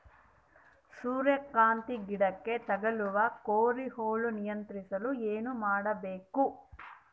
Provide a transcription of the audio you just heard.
ಸೂರ್ಯಕಾಂತಿ ಗಿಡಕ್ಕೆ ತಗುಲುವ ಕೋರಿ ಹುಳು ನಿಯಂತ್ರಿಸಲು ಏನು ಮಾಡಬೇಕು?